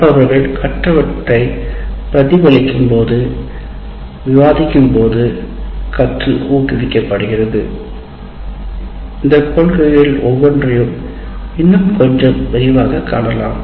கற்பவர்கள் கற்றவற்றை பிரதிபலிக்கும்போது விவாதிக்கும்போது கற்றல் ஊக்குவிக்கப்படுகிறது இந்த கொள்கைகள் ஒவ்வொன்றையும்இன்னும் கொஞ்சம் விரிவாகக் காணலாம்